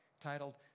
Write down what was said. titled